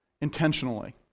intentionally